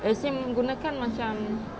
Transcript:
as in gunakan macam